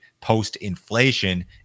post-inflation